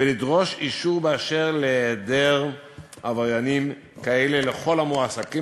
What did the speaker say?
ולדרוש אישור באשר להיעדר עבריינים כאלה בקרב כל המועסקים